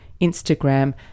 Instagram